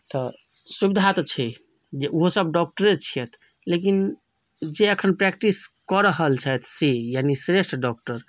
तऽ सुविधा तऽ छै जे ओहो सब डॉक्टरे छियथि लेकिन जे अखन प्रैक्टिस कऽ रहल छथि से यानी श्रेष्ठ डॉक्टर